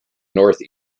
north